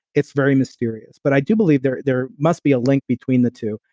it's very mysterious but i do believe there there must be a link between the two.